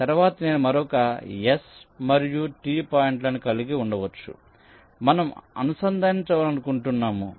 తరువాత నేను మరొక S మరియు T పాయింట్లను కలిగి ఉండవచ్చు మనం అనుసంధానించాలనుకుంటున్నాము